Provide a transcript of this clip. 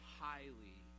highly